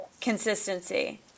Consistency